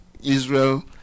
Israel